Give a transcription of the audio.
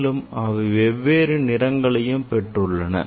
மேலும் அவை வெவ்வேறு நிறங்களையும் பெற்றுள்ளன